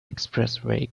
expressway